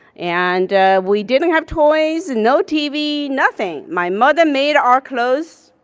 and we didn't have toys, and no tv, nothing. my mother made our clothes,